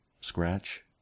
scratch